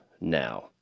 now